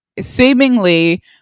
seemingly